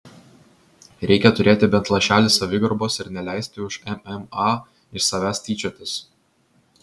reikia turėti bent lašelį savigarbos ir neleisti už mma iš savęs tyčiotis